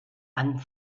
and